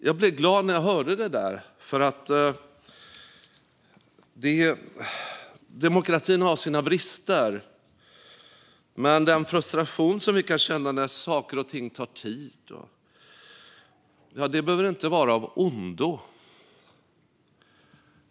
Jag blev glad när jag hörde detta. Demokratin har sina brister, men den frustration vi kan känna när saker och ting tar tid behöver inte vara av ondo.